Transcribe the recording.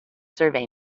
survey